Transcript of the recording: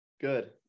Good